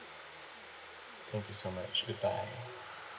thank you so much goodbye